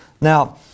Now